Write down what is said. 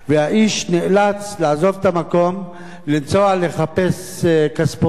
האיש נאלץ לעזוב את המקום, לנסוע לחפש כספומט